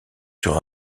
sur